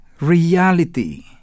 reality